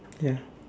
ya